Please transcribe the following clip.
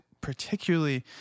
particularly